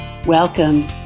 Welcome